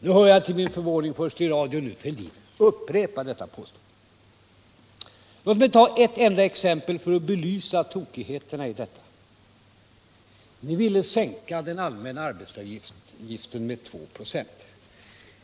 Sedan hör jag till min förvåning, först i radion och sedan nu, att herr Fälldin upprepar detta påstående. Låt mig ta ett enda exempel för att belysa tokigheterna här. Ni ville sänka den allmänna arbetsgivaravgiften med 2 96.